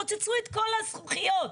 פוצצו את כל הזכוכיות.